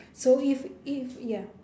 so if if ya